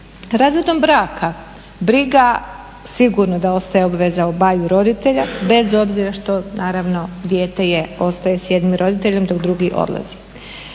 Razvodom braka briga sigurno da ostaje obveza obaju roditelja bez obzira što naravno dijete je, ostaje s jednim roditeljem dok drugi odlazi.